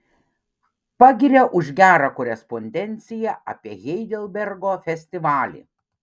pagiria už gerą korespondenciją apie heidelbergo festivalį